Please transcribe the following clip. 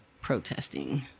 protesting